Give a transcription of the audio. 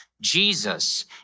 Jesus